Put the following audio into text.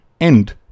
end